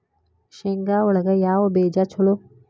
ಶೇಂಗಾ ಒಳಗ ಯಾವ ಬೇಜ ಛಲೋ?